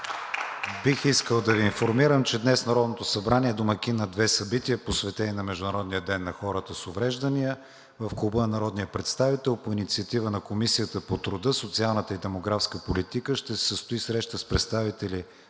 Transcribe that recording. Бих искал да Ви информирам, че днес Народното събрание е домакин на две събития, посветени на Международния ден на хората с увреждания. В Клуба на народния представител по инициатива на Комисията по труда, социалната и демографска политика ще се състои среща с представители